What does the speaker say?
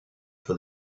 for